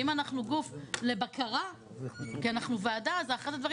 ואם אנחנו גוף לבקרה כי אנחנו ועדה אז אחד הדברים